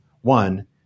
one